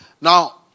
Now